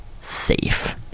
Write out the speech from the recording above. safe